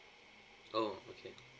oh okay